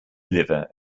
liver